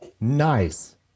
Nice